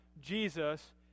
jesus